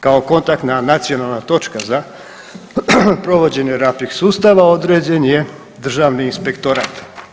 Kao kontaktna nacionalna točka za provođenje RAPIX sustava određen je državni inspektorat.